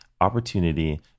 opportunity